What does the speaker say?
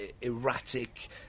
erratic